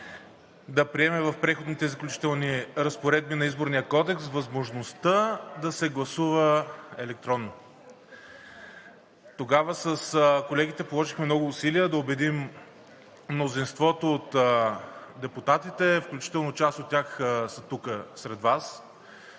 да приеме в Преходните и заключителните разпоредби на Изборния кодекс възможността да се гласува електронно. Тогава с колегите положихме много усилия да убедим мнозинството от депутатите, включително част от тях са тук, сред Вас,